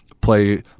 play